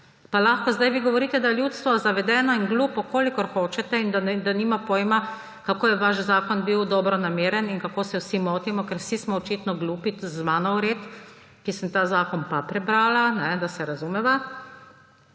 Pa lahko zdaj vi govorite, da je ljudstvo zavedeno in glupo, kolikor hočete, in da nima pojma, kako je vaš zakon bil dobronameren in kako se vsi motimo, ker vsi smo očitno glupi, tudi z mano vred, ki sem ta zakon pa prebrala, da se razumeva.